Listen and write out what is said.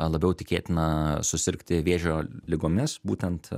labiau tikėtina susirgti vėžio ligomis būtent